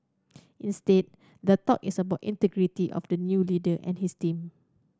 instead the talk is about integrity of the new leader and his team